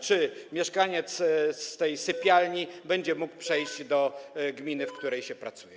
Czy mieszkaniec z tej sypialni będzie mógł przejść do gminy, w której pracuje?